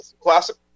Classic